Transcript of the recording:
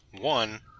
One